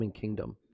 kingdom